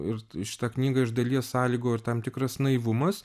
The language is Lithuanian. ir šitą knygą iš dalies sąlygojo ir tam tikras naivumas